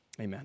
Amen